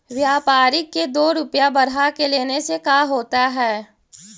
व्यापारिक के दो रूपया बढ़ा के लेने से का होता है?